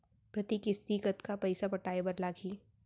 प्रति किस्ती कतका पइसा पटाये बर लागही?